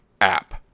app